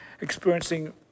experiencing